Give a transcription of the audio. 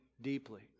deeply